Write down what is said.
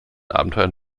abenteuern